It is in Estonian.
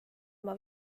oma